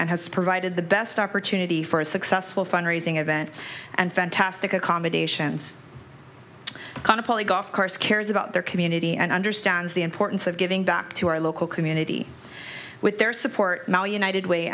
and has provided the best opportunity for a successful fund raising event and fantastic accommodations campoli golf course cares about their community and understands the importance of giving back to our local community with their support now united way